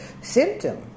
symptom